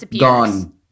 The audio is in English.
Gone